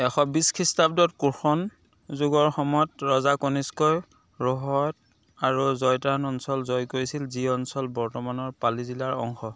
এশ বিছ খ্ৰীষ্টাব্দত কুষণ যুগৰ সময়ত ৰজা কনিষ্কই ৰোহত আৰু জয়তাৰণ অঞ্চল জয় কৰিছিল যি অঞ্চল বৰ্তমানৰ পালি জিলাৰ অংশ